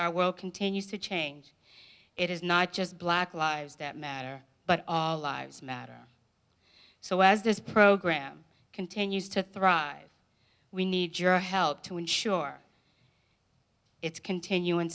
our world continues to change it is not just black lives that matter but all lives matter so as this program continues to thrive we need your help to ensure its continuing